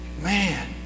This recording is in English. Man